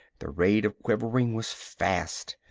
the rate of quivering was fast.